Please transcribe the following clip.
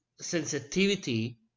sensitivity